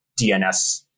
DNS